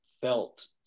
felt